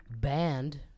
banned